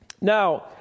Now